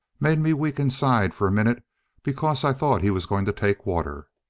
made me weak inside for a minute because i thought he was going to take water.